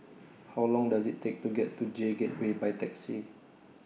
How Long Does IT Take to get to J Gateway By Taxi